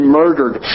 murdered